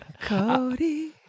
Cody